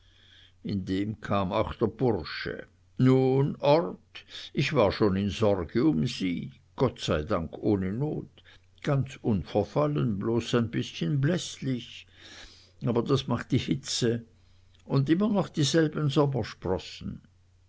kam auch der bursche nun orth ich war schon in sorge um sie gott sei dank ohne not ganz unverfallen bloß ein bißchen bläßlich aber das macht die hitze und immer noch dieselben sommersprossen